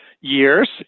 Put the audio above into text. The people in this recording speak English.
years